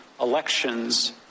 elections